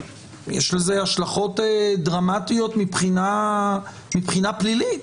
יש לזה השלכות דרמטיות מבחינה פלילית,